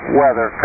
weather